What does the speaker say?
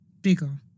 bigger